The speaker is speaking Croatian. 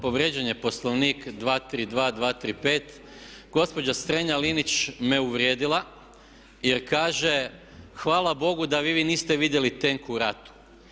Povrijeđen je Poslovnik 232., 235., gospođa Strenja Linić me uvrijedila jer kaže hvala Bogu da vi niste vidjeli tenk u ratu.